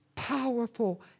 powerful